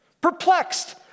perplexed